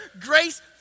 grace